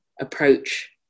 approach